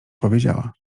powiedziała